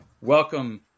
Welcome